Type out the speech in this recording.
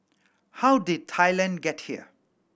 how did Thailand get here